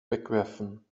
wegwerfen